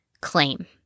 claim